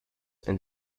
and